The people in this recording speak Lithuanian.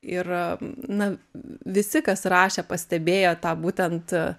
ir na visi kas rašė pastebėjo tą būtent